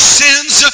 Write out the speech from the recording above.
sins